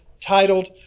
titled